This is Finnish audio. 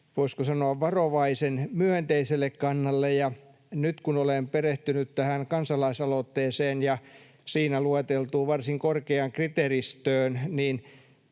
voisiko sanoa, varovaisen myönteiselle kannalle, ja nyt kun olen perehtynyt tähän kansalaisaloitteeseen ja siinä lueteltuun varsin korkeaan kriteeristöön,